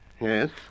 Yes